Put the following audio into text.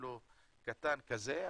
אפילו קטן כזה,